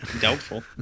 Doubtful